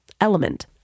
Element